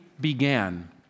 began